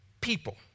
people